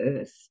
Earth